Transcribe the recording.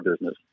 business